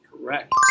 Correct